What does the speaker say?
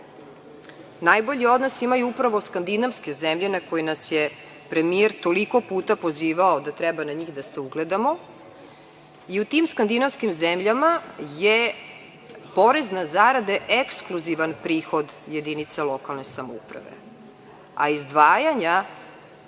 Najbolji odnos imaju upravo skandinavske zemlje, na koje nas je premijer toliko puta pozivao da treba na njih da se ugledamo, i u tim skandinavskim zemljama je porez na zarade ekskluzivan prihod jedinica lokalne samouprave, a izdvajanja,